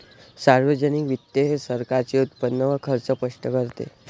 सार्वजनिक वित्त हे सरकारचे उत्पन्न व खर्च स्पष्ट करते